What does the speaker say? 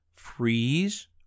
freeze